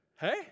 Hey